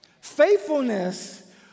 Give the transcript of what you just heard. Faithfulness